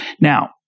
Now